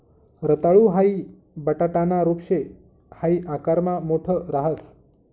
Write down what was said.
रताळू हाई बटाटाना रूप शे हाई आकारमा मोठ राहस